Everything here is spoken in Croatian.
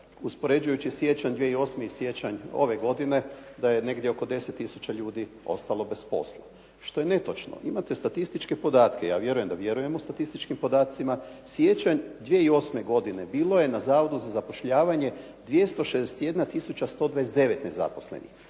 uspoređujući siječanj 2008. i siječanj ove godine, da je negdje oko 10 tisuća ljudi ostalo bez posla što je netočno. Imate statističke podatke. Ja vjerujem da vjerujemo statističkim podacima. Siječanj 2008. godine bilo je na Zavodu za zapošljavanje 261 tisuća 129 nezaposlenih,